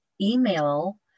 email